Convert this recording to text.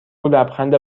لبخند